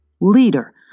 leader